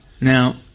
Now